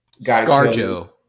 Scarjo